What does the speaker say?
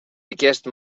aquest